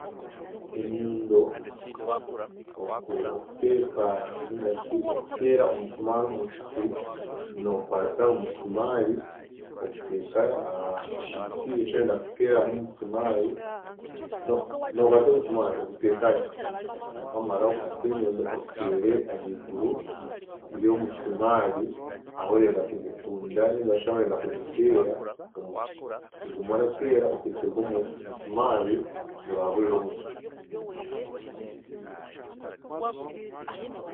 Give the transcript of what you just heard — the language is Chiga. Enyundo oku- okuteeka ningashi okuteera omusimaari omu kiti nookwata omusimaari oguteeka aha kiti eki orenda kuteeramu omusimaari, no- nookwata omusimaari oguteeka aha kiti waamara, okwate enyundo oteera ahiigura y’omusimaari ah'orenda kugufunda ningashi ah'orenda kuguteera omu kiti ogume orateera okuhisa obw'omu- omusimaari guraaburire omu kiti.